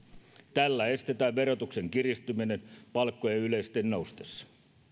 tällä estetään verotuksen kiristyminen palkkojen yleisesti noustessa